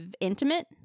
intimate